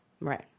Right